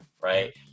right